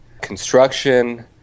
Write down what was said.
construction